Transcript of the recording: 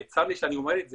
צר לי שאני אומר את זה,